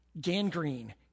gangrene